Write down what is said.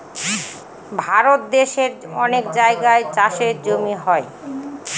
ভারত দেশের অনেক জায়গায় চাষের জমি হয়